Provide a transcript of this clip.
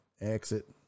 Exit